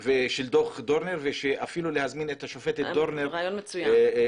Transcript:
כן ושל דוח דורנר ואפילו להזמין את השופטת דורנר לדיון